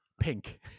pink